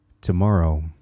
Tomorrow